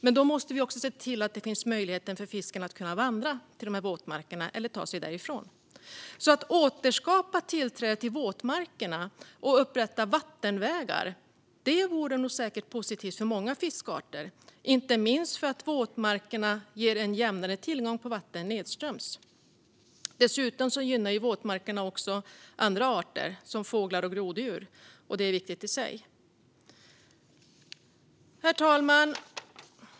Men då måste vi också se till att det finns möjligheter för fisken att vandra till dessa våtmarker och kunna ta sig därifrån. Att återskapa tillträde till våtmarkerna och upprätta vattenvägar vore positivt för många fiskarter, inte minst för att våtmarkerna ger en jämnare tillgång på vatten nedströms. Dessutom gynnar våtmarkerna också andra arter, som fåglar och groddjur. Det är viktigt i sig. Herr talman!